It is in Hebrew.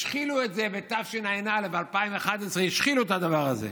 השחילו את זה בתשע"א, 2011, השחילו את הדבר הזה.